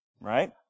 Right